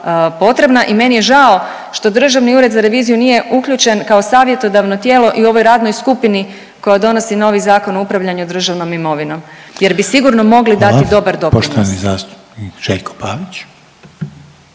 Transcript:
potrebna i meni je žao što Državni ured za reviziju nije uključen kao savjetodavno tijelo i u ovoj radnoj skupini koja donosi novi Zakon o upravljanju državnom imovinom jer bi sigurno mogli dati dobar doprinos.